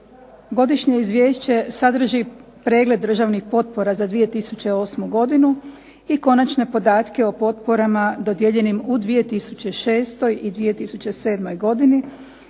godišnje izvješće sadrži pregled državnih potpora za 2008. godinu i konačne podatke o potporama dodijeljenim u 2006. i 2007. godini,